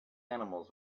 animals